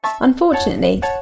Unfortunately